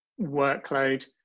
workload